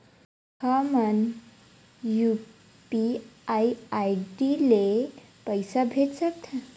का हम UPI ID ले पईसा भेज सकथन?